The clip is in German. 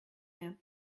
mehr